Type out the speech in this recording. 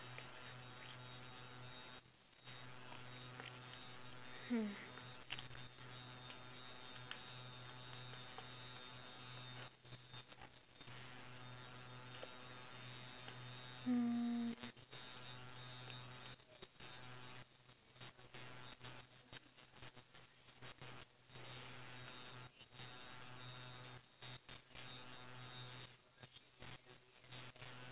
hmm mm